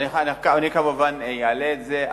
אני כמובן אעלה את זה,